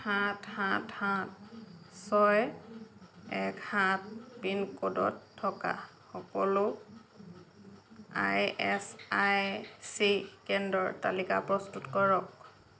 সাত সাত সাত ছয় এক সাত পিনক'ডত থকা সকলো আই এছ আই চি কেন্দ্ৰৰ তালিকা প্ৰস্তুত কৰক